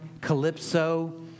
Calypso